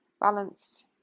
Balanced